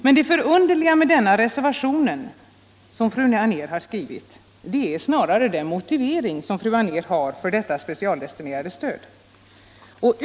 Men det förunderliga med fru Anérs reservation är snarare den motivering som fru Anér har för detta specialdestinerade stöd.